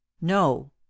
No